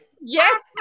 Yes